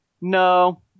No